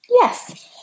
Yes